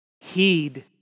Heed